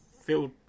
filled